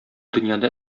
дөньяда